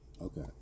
Okay